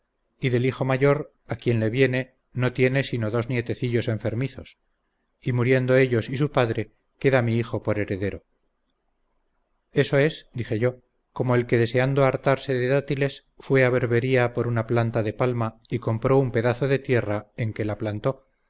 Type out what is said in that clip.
y del hijo mayor a quien le viene no tiene sino dos nietecillos enfermizos y muriendo ellos y su padre queda mi hijo por heredero eso es dije yo como el que deseando hartarse de dátiles fué a berbería por una planta de palma y compró un pedazo de tierra en que la plantó